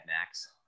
Max